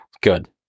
good